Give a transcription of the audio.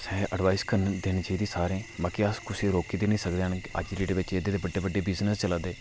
ते असें एडवाइज़ करनी देनी चाहिदी सारें ई बाकी अस कुसै गी रोकी ते निं सकदे हैन कि अज्ज डेट बिच एड्डे बड्डे बड्डे बिजनेस चला दे